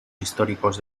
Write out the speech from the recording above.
históricos